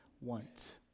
want